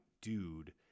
dude